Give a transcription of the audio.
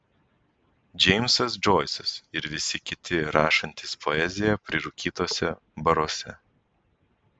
džeimsas džoisas ir visi kiti rašantys poeziją prirūkytuose baruose